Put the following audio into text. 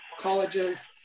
colleges